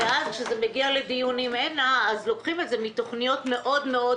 כשזה מגיע לדיונים הנה אז לוקחים את זה מתוכניות מאוד-מאוד